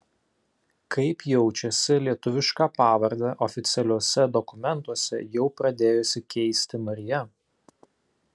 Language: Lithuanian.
kaip jaučiasi lietuvišką pavardę oficialiuose dokumentuose jau pradėjusi keisti marija